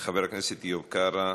חבר הכנסת איוב קרא,